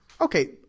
Okay